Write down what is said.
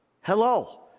hello